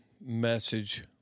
message